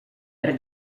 per